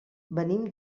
venim